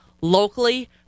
Locally